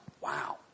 wow